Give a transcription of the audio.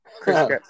Chris